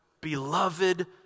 beloved